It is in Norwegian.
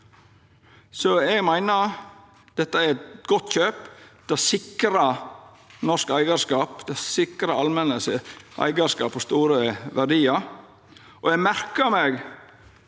Eg meiner dette er eit godt kjøp. Det sikrar norsk eigarskap, det sikrar allmenta eigarskap over store verdiar. Eg merkar meg